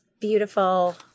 beautiful